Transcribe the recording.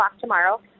tomorrow